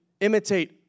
imitate